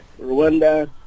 Rwanda